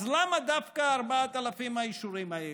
אז למה דווקא 4,000 האישורים האלה?